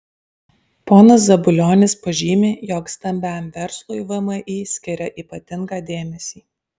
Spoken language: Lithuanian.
ponas zabulionis pažymi jog stambiam verslui vmi skiria ypatingą dėmesį